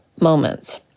moments